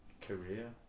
Career